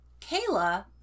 Kayla